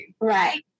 Right